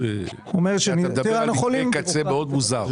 אתה מדבר על מקרה קצה מאוד מוזר.